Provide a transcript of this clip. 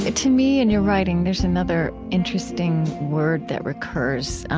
ah to me, in your writing, there's another interesting word that recurs